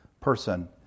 person